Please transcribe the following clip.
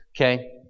Okay